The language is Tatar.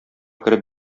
кереп